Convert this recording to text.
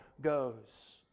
goes